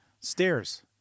stairs